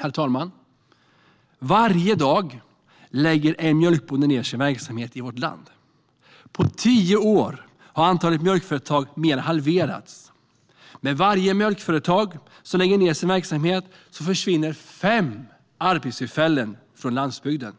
Herr talman! Varje dag lägger en mjölkbonde ned sin verksamhet i vårt land. På tio år har antalet mjölkföretag mer än halverats. Med varje mjölkföretag som lägger ned sin verksamhet försvinner fem arbetstillfällen från landsbygden.